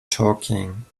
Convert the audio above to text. talking